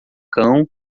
cão